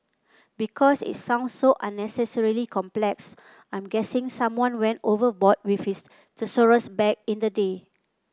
because it sounds so unnecessarily complex I'm guessing someone went overboard with his thesaurus back in the day